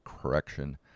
correction